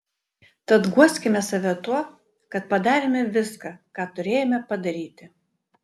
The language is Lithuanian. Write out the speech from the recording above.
tad guoskime save tuo kad padarėme viską ką turėjome padaryti